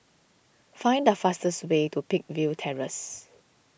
find the fastest way to Peakville Terrace